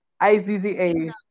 i-z-z-a